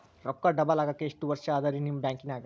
ರೊಕ್ಕ ಡಬಲ್ ಆಗಾಕ ಎಷ್ಟ ವರ್ಷಾ ಅದ ರಿ ನಿಮ್ಮ ಬ್ಯಾಂಕಿನ್ಯಾಗ?